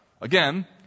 Again